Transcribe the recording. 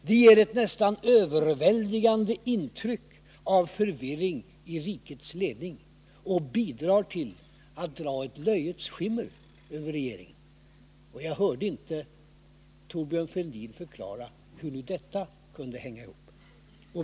Det ger ett nästan överväldigande intryck av förvirring i rikets ledning och bidrar till att dra ett löjets skimmer över regeringen. Jag hörde inte Thorbjörn Fälldin förklara hur detta kunde hänga ihop.